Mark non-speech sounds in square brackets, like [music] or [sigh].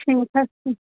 ٹھیٖک حظ [unintelligible]